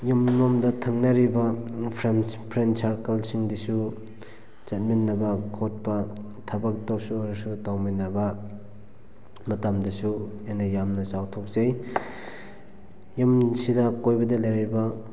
ꯌꯨꯝ ꯌꯨꯝꯗ ꯊꯪꯅꯔꯤꯕ ꯐ꯭ꯔꯦꯟꯁ ꯐ꯭ꯔꯦꯟ ꯁꯥꯔꯀꯜꯁꯤꯡꯗꯁꯨ ꯆꯠꯃꯤꯟꯅꯕ ꯈꯣꯠꯄ ꯊꯕꯛꯇꯁꯨ ꯑꯣꯏꯔꯁꯨ ꯇꯧꯃꯤꯟꯅꯕ ꯃꯇꯝꯗꯁꯨ ꯑꯩꯅ ꯌꯥꯝꯅ ꯆꯥꯎꯊꯣꯛꯆꯩ ꯌꯨꯝꯁꯤꯗ ꯑꯀꯣꯏꯕꯗ ꯂꯩꯔꯤꯕ